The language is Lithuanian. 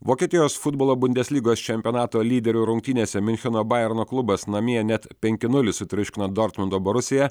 vokietijos futbolo bundeslygos čempionato lyderių rungtynėse miuncheno bajerno klubas namie net penki nulis sutriuškino dortmundo borusiją